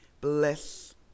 Bless